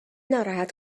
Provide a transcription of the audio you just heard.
ناراحت